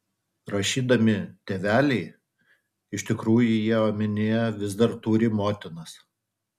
rašydami tėveliai iš tikrųjų jie omenyje vis dar turi motinas